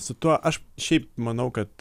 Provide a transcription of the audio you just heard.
su tuo aš šiaip manau kad